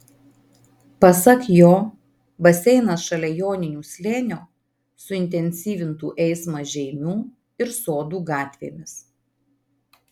pasak jo baseinas šalia joninių slėnio suintensyvintų eismą žeimių ir sodų gatvėmis